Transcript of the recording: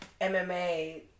mma